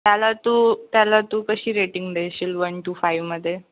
त्याला तू त्याला तू कशी रेटिंग देशील वन टू फाईव्हमध्ये